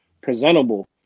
presentable